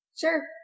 Sure